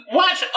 watch